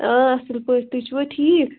آ اَصٕل پٲٹھۍ تُہۍ چھِوا ٹھیٖک